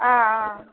ஆஆ